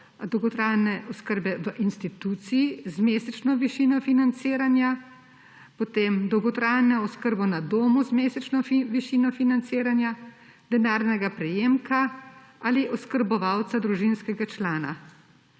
dolgotrajne oskrbe v instituciji z mesečno višino financiranja, potem dolgotrajno oskrbo na domu z mesečno višino financiranja, denarnega prejemka ali oskrbovalca družinskega člana.